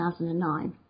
2009